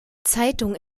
zeitung